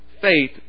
Faith